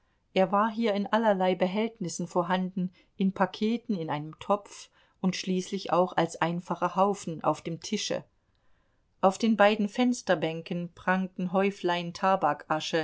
er war hier in allerlei behältnissen vorhanden in paketen in einem topf und schließlich auch als einfacher haufen auf dem tische auf den beiden fensterbänken prangten häuflein